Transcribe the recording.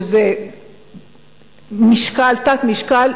שזה תת-משקל,